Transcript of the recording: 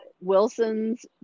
Wilson's